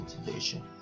motivation